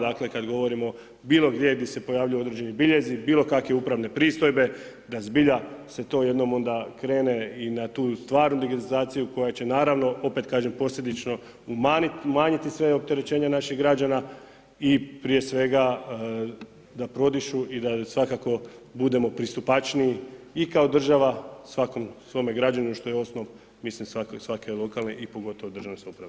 Dakle kada govorimo bilo gdje gdje se pojavljuju određeni biljezi, bilo kakve upravne pristojbe, da zbilja se to jednom krene i na tu stvarnu digitalizaciju koja će naravno opet kažem posljedično umanjiti sva opterećenja naših građana i prije svega da prodišu i da svakako budemo pristupačniji i kao država svakom svome građaninu što je osnov mislim svake lokalne i pogotovo državne samouprave.